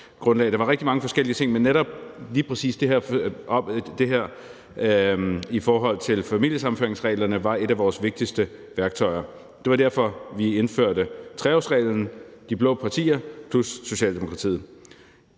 der var rigtig mange forskellige ting, men lige præcis det her i forhold til familiesammenføringsreglerne var et af vores vigtigste værktøjer. Det var derfor, vi – de blå partier plus Socialdemokratiet